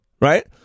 right